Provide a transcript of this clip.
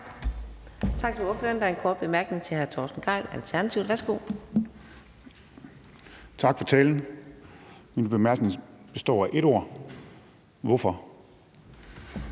Tak for talen. Min korte bemærkning består af et ord, og